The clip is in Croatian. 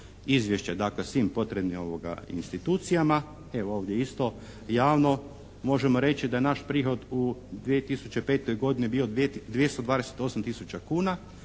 izvješća dakle svim potrebnim institucijama. Evo ovdje isto javno možemo reći da je naš prihod u 2005. godini bio 228 tisuća kuna.